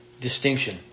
distinction